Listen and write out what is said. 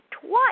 twice